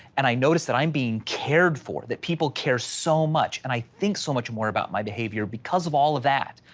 and i noticed that i'm being cared for that people care so much, and i think so much more about my behavior, because of all of that,